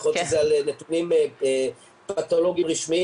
יכול להיות שזה על נתונים פתולוגיים רשמיים.